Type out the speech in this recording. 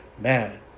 Man